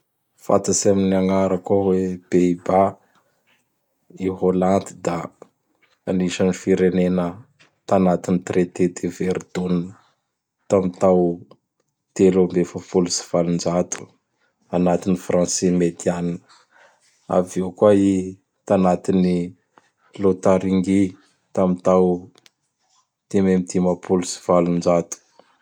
Fatatsy amin'ny agnara koa hoe Pays-Bas. I Hollande da anisan'ny firenena tanatin'ny traité de Verdoune tam tao telo amb efapolo sy valonjato anatin'ny Francine Mediane. Avy eo koa i tanatain'i Lôtaringi tam tao dimy am dimapolo sy valonjato.